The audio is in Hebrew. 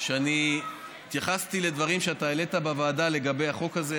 אני התייחסתי לדברים שאתה העלית בוועדה לגבי החוק הזה.